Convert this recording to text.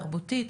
תרבותית,